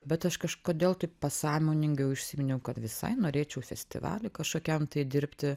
bet aš kažkodėl taip pasąmoningai užsiminiau kad visai norėčiau festivaly kažkokiam tai dirbti